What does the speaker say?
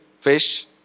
fish